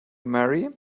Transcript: marry